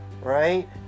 right